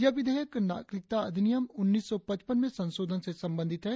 यह विधेयक नागरिकता अधिनियम उन्नीस सौ पचपन में संशोधन से संबंधित है